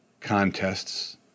contests